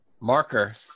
marker